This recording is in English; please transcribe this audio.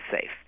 safe